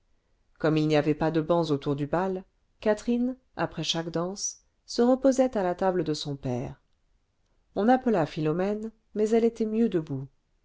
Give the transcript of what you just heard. comme il n'y avait pas de bancs autour du bal catherine après chaque danse se reposait à la table de son père on appela philomène mais elle était mieux debout